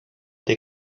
they